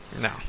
no